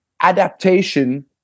adaptation